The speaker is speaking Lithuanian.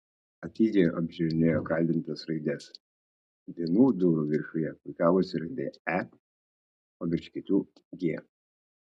atidžiai apžiūrinėjo kaldintas raides vienų durų viršuje puikavosi raidė e o virš kitų g